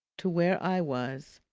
to where i was,